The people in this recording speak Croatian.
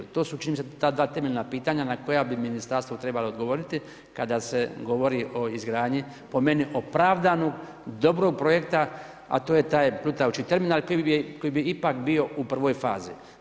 To su čini mi se ta dva temeljna pitanja, na koja bi ministarstvo trebalo odgovoriti, kada se govori o izgradnji, po meni, opravdanu dobrog projekta, a to je taj plutajući terminal, koji bi ipak bio u prvoj fazi.